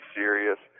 serious